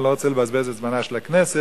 ואני לא רוצה לבזבז את זמנה של הכנסת.